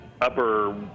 upper